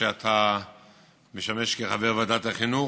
אתה משמש כחבר ועדת החינוך,